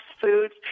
foods